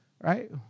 Right